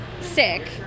sick